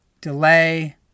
delay